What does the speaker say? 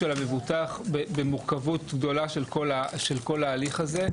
המבוטח במורכבות גדולה של כל ההליך הזה.